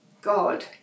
God